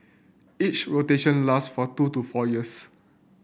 each rotation last for two to four years